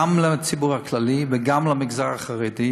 גם לציבור הכללי וגם למגזר החרדי,